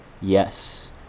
Yes